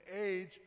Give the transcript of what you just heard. age